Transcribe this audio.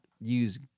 use